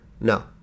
No